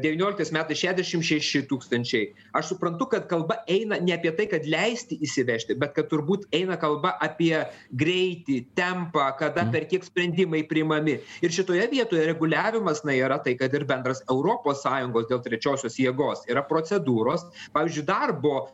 devynioliktais metais šešiasdešimt šeši tūkstančiai aš suprantu kad kalba eina ne apie tai kad leisti įsivežti bet kad turbūt eina kalba apie greitį tempą kada per kiek sprendimai priimami ir šitoje vietoje reguliavimas na yra tai kad ir bendras europos sąjungos dėl trečiosios jėgos yra procedūros pavyzdžiui darbo